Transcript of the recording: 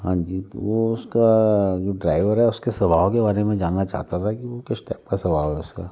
हाँ जी तो वह उसका जो ड्राइबर है उसके स्वभाव के बारे में जानना चाहता था कि वह किस टैप का स्वभाव है उसका